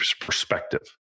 perspective